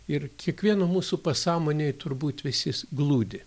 ir kiekvieno mūsų pasąmonėj turbūt visis glūdi